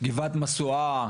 גבעת משואה?